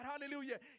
Hallelujah